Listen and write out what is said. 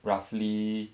roughly